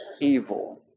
evil